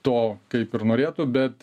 to kaip ir norėtų bet